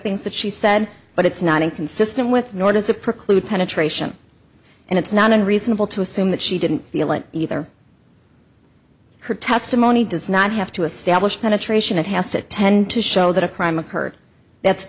things that she said but it's not inconsistent with nor does it preclude penetration and it's not unreasonable to assume that she didn't feel it either her testimony does not have to establish penetration it has to tend to show that a crime occurred that's